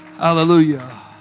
Hallelujah